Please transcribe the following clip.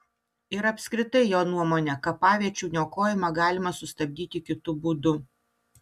ir apskritai jo nuomone kapaviečių niokojimą galima sustabdyti kitu būdu